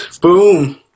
Boom